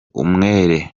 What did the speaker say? umwere